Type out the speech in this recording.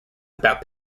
about